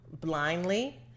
blindly